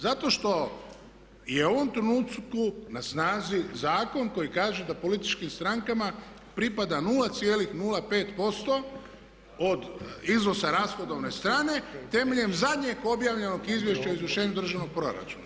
Zato što je u ovom trenutku na snazi zakon koji kaže da političkim strankama pripada 0,05% od iznosa rashodovne strane temeljem zadnjeg objavljenog izvješća u izvršenju Državnog proračuna.